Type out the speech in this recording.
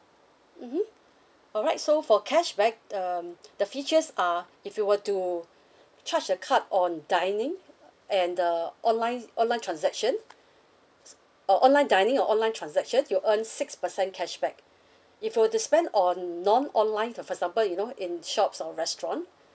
mmhmm alright so for cashback um the features are if you were to charge a card on dining and the online online transaction or online dining or online transactions you'll earn six percent cashback if you were to spend on non online for for example you know in shops or restaurant